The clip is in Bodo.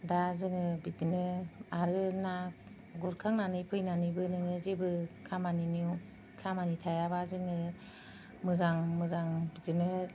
दा जोङो बिदिनो आरो ना गुरखांनानै फैनानैबो नोङो जेबो खामानि थायाबा जोङो मोजां मोजां बिदिनो बिजाबफोर